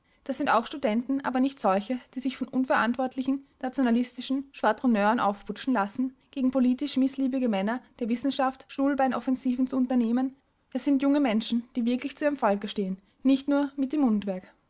das sind auch studenten aber nicht solche die sich von unverantwortlichen nationalistischen schwadronneuren aufputschen lassen gegen politisch mißliebige männer der wissenschaft stuhlbeinoffensiven zu unternehmen es sind junge menschen die wirklich zu ihrem volke stehen nicht nur mit dem mundwerk